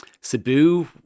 Cebu